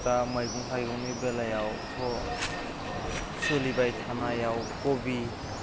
दा मैगं थाइगंनि बेलायावथ' सोलिबाय थानायाव खबि